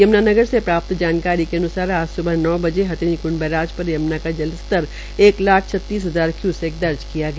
यम्ना नगर से प्राप्त जानकारी के अन्सार आज स्बह नौ बजे हथिनीकुंड बैराज पर यम्ना का जल स्तर एक लाख छतीस हजार क्यूसेंक दर्ज किया गया